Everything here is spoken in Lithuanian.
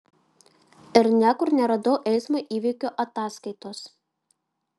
ir niekur neradau eismo įvykio ataskaitos